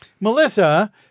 Melissa